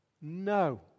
No